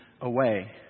away